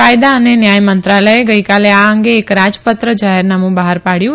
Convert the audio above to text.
કાયદા અને ન્યાય મંત્રાલયે ગઈકાલ ેઆ અંગે એક રાજપત્ર જાહેરનામું બહાર પાડયું